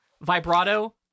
vibrato